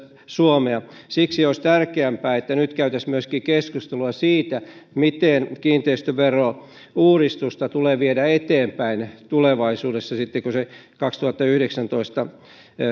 suomea siksi olisi tärkeämpää että nyt käytäisiin keskustelua myöskin siitä miten kiinteistöverouudistusta tulee viedä eteenpäin tulevaisuudessa sitten kun sen kaksituhattayhdeksäntoista